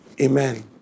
amen